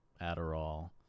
Adderall